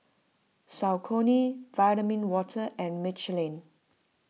Saucony Vitamin Water and Michelin